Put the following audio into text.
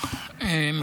על אונס נשים.